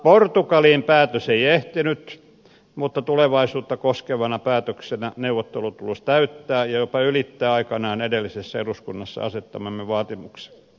portugaliin päätös ei ehtinyt mutta tulevaisuutta koskevana päätöksenä neuvottelutulos täyttää ja jopa ylittää aikanaan edellisessä eduskunnassa asettamamme vaatimuksen